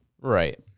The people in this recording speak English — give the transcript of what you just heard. right